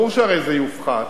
הרי ברור שזה יופחת,